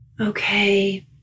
Okay